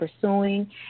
pursuing